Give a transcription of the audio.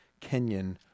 Kenyan